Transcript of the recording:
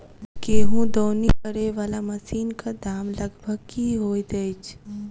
गेंहूँ दौनी करै वला मशीन कऽ दाम लगभग की होइत अछि?